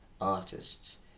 artists